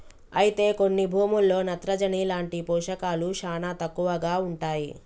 అయితే కొన్ని భూముల్లో నత్రజని లాంటి పోషకాలు శానా తక్కువగా ఉంటాయి